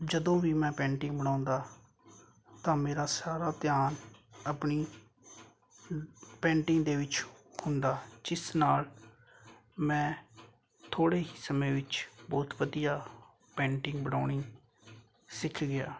ਜਦੋਂ ਵੀ ਮੈਂ ਪੈਂਟਿੰਗ ਬਣਾਉਂਦਾ ਤਾਂ ਮੇਰਾ ਸਾਰਾ ਧਿਆਨ ਆਪਣੀ ਪੈਂਟਿੰਗ ਦੇ ਵਿੱਚ ਹੁੰਦਾ ਜਿਸ ਨਾਲ ਮੈਂ ਥੋੜ੍ਹੇ ਹੀ ਸਮੇਂ ਵਿੱਚ ਬਹੁਤ ਵਧੀਆ ਪੇਂਟਿੰਗ ਬਣਾਉਣੀ ਸਿੱਖ ਗਿਆ